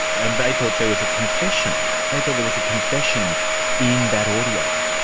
and they thought there was a confession, they thought there was a confession in that audio?